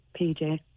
PJ